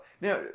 now